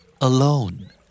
Alone